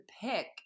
pick